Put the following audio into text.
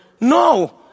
No